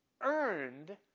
earned